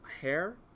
Hair